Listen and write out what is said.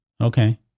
Okay